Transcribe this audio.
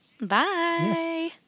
Bye